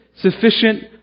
Sufficient